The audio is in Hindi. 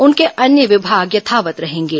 उनके अन्य विभाग यथावत् रहेंगे